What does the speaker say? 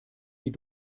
die